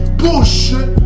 bullshit